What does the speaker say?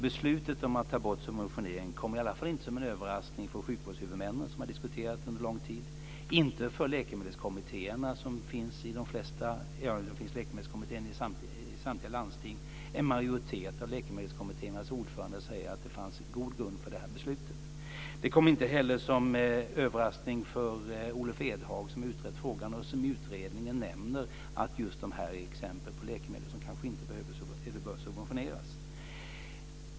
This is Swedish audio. Beslutet om att ta bort subventioneringen kom i alla fall inte som en överraskning för sjukvårdshuvudmännen, som har diskuterat under lång tid, eller för läkemedelskommittéerna, som finns i samtliga landsting. En majoritet av läkemedelskommittéernas ordförande säger att det fanns god grund för detta beslut. Det kom inte heller som en överraskning för Olof Edhag, som utrett frågan och som i utredningen nämner att just dessa läkemedel är exempel på läkemedel som inte behöver subventioneras.